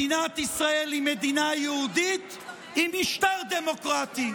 מדינת ישראל היא מדינה יהודית עם משטר דמוקרטי.